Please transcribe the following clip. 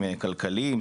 כלכליים,